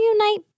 reunite